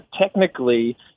technically